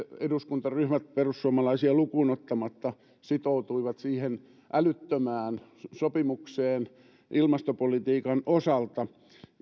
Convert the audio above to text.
eduskuntaryhmät perussuomalaisia lukuun ottamatta sitoutuivat siihen älyttömään sopimukseen ilmastopolitiikan osalta